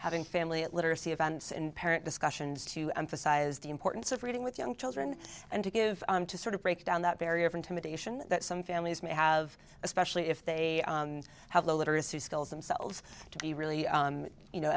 having family at literacy events and parent discussions to emphasize the importance of reading with young children and to give to sort of break down that barrier of intimidation that some families may have especially if they have low literacy skills themselves to be really you know